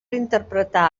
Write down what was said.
interpretar